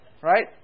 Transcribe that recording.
right